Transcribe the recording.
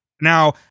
Now